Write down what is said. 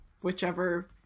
whichever